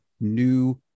new